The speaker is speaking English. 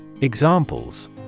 Examples